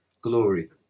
glory